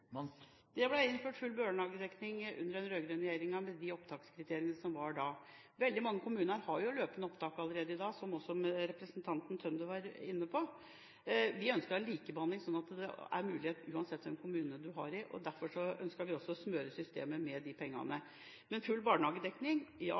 Det ble innført full barnehagedekning under den rød-grønne regjeringa med de opptakskriteriene som var da. Veldig mange kommuner har jo løpende opptak allerede i dag, noe også representanten Tønder var inne på. Vi ønsker en likebehandling, slik at det er en mulighet uansett hvilken kommune man bor i, og derfor ønsker vi også å smøre systemet med de pengene. Full barnehagedekning? Ja,